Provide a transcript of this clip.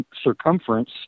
circumference